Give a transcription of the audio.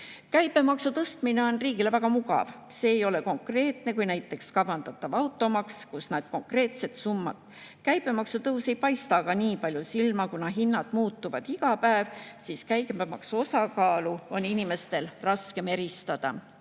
Käibemaksu tõstmine on riigile väga mugav. See ei ole konkreetne, nagu näiteks kavandatav automaks, kus näed konkreetset summat. Käibemaksu tõus ei paista aga nii palju silma, kuna hinnad muutuvad iga päev, ja käibemaksu osakaalu on inimestel raskem eristada.